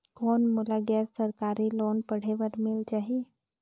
कौन मोला गैर सरकारी लोन पढ़े बर मिल जाहि?